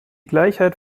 gleichheit